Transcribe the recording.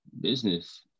business